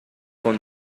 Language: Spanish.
con